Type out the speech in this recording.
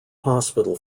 hospital